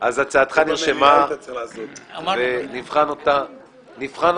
אז הצעתך נרשמה, ונבחן אותה.